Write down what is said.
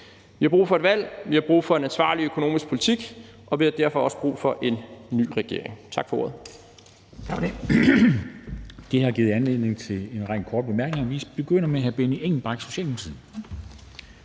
Vi har brug for et valg, vi har brug for en ansvarlig økonomisk politik, og vi har derfor også brug for en ny regering. Tak for ordet.